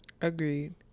Agreed